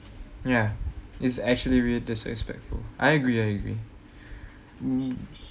ya it's actually really disrespectful I agree I agree mm